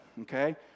okay